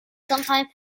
sometime